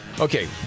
okay